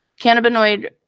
Cannabinoid